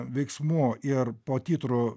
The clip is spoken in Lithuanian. veiksmų ir po titrų